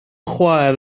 chwaer